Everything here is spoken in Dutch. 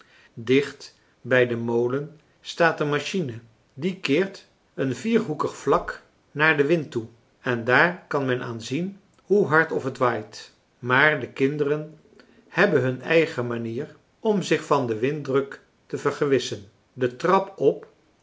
dicht bij den molen staat een machine die keert een vierhoekig vlak naar den wind toe en daar kan men aan zien hoe hard of het waait maar de kinderen hebben hun eigen manier om zich van den winddruk te vergewissen de trap op